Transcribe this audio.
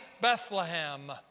Bethlehem